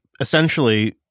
essentially